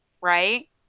right